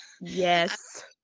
Yes